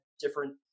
different